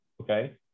Okay